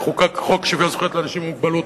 לאחר שחוקק חוק שוויון זכויות לאנשים עם מוגבלות,